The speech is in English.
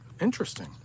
Interesting